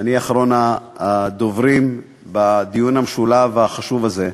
אני אחרון הדוברים בדיון המשולב החשוב הזה,